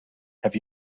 have